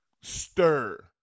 stir